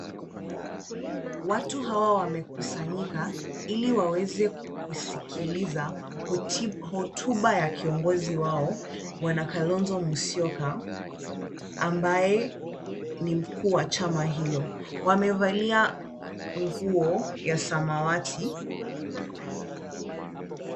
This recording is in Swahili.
Watu hawa wamekusanyika ili waweze kusikiliza hotuba ya kiongozi wao, Bwana Kalonzo Musioka, ambaye ni mkuu wa chama hilo. Wamevalia nguo ya samawati,